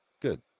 Good